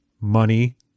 money